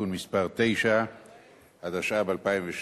רשאי בנק להכריז על חשבון כמוגבל ועל בעליו של חשבון כלקוח